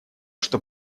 что